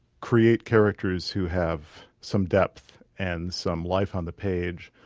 create characters who have some depth and some life on the page,